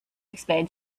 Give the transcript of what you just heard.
explain